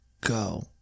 ...go